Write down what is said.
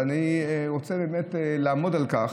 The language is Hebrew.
אבל אני רוצה באמת לעמוד על כך